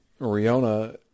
Riona